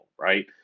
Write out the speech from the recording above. right